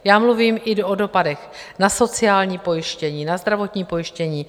Já mluvím i o dopadech na sociální pojištění, na zdravotní pojištění.